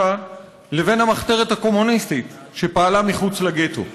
לבין המחתרת הקומוניסטית שפעלה מחוץ לגטו.